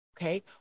okay